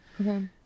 Okay